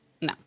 No